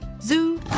Zoo